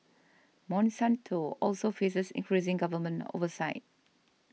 Monsanto also faces increasing government oversight